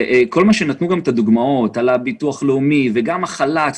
נתנו דוגמאות על הביטוח הלאומי וגם החל"ת,